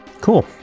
Cool